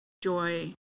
joy